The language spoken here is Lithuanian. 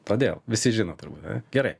todėl visi žino turbūt gerai